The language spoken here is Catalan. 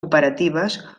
operatives